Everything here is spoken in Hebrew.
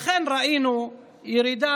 לכן ראינו ירידה